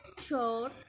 sure